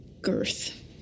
girth